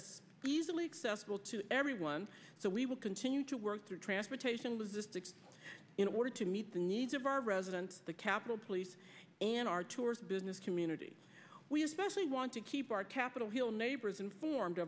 easily accessible to everyone so we will continue to work through transportation in order to meet the needs of our residents the capitol police and our tourist business community we especially want to keep our capitol hill neighbors informed